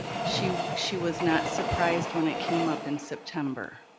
she she was not surprised, when it came up in september.